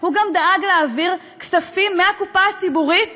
הוא גם דאג להעביר כספים מהקופה הציבורית